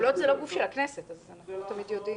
שדולות זה לא גוף של הכנסת ואנחנו לא תמיד יודעים.